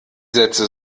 sätze